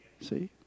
See